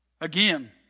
Again